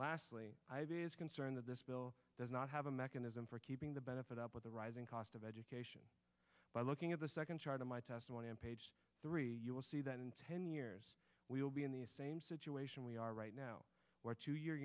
lastly i have is concerned that this bill does not have a mechanism for keeping the benefit up with the rising cost of education by looking at the second chart of my testimony on page three you will see that in ten years we'll be in the same situation we are right now wh